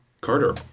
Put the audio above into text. Carter